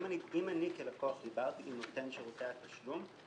אם אני כלקוח דיברתי עם נותן שירותי התשלום,